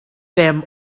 them